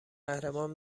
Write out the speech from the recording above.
قهرمان